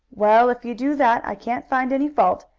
well, if you do that i can't find any fault,